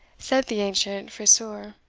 said the ancient friseur,